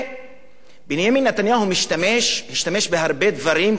בנימין נתניהו השתמש בהרבה דברים כדי להצדיק